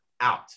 out